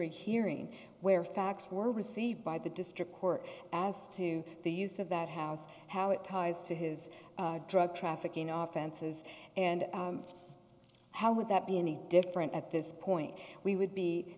hearing where facts were received by the district court as to the use of that house how it ties to his drug trafficking often says and how would that be any different at this point we would be